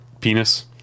penis